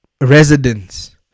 residents